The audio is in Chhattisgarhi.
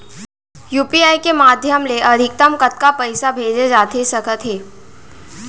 यू.पी.आई के माधयम ले अधिकतम कतका पइसा भेजे जाथे सकत हे?